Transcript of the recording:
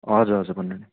हजुर हजुर भन्नु न